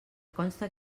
conste